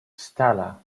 stella